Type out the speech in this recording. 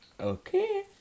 Okay